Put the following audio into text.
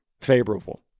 favorable